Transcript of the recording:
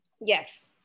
Yes